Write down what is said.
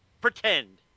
pretend